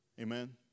Amen